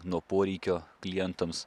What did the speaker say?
nuo poreikio klientams